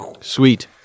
Sweet